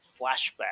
flashback